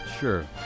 sure